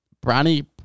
Brownie